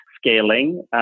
Scaling